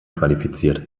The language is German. qualifiziert